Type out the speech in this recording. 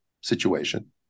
situation